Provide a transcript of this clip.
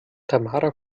tamara